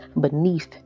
beneath